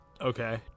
Okay